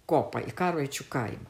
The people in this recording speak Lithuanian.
kopą į karvaičių kaimą